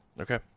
Okay